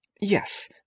yes